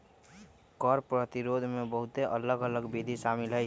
कर प्रतिरोध में बहुते अलग अल्लग विधि शामिल हइ